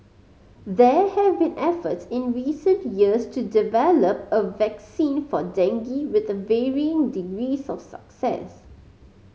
there have been efforts in recent years to develop a vaccine for dengue with varying degrees of success